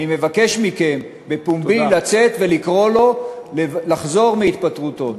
אני מבקש מכם בפומבי לצאת ולקרוא לו לחזור בו מהתפטרותו.